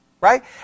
right